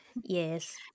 Yes